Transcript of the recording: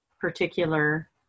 particular